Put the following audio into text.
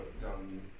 done